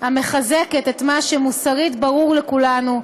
המחזקת את מה שמוסרית ברור לכולנו: